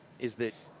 is that